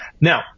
Now